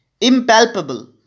impalpable